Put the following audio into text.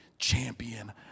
champion